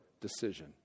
decision